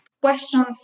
questions